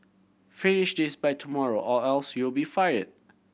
finish this by tomorrow or else you'll be fire